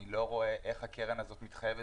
אני לא רואה איך הקרן הזו מתחייבת.